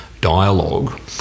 dialogue